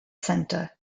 center